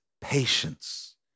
patience